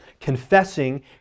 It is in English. Confessing